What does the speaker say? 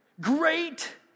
great